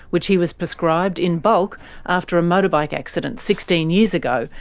which he was prescribed in bulk after a motorbike accident sixteen years ago,